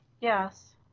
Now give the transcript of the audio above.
Yes